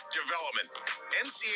development